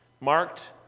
Marked